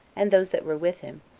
and those that were with him,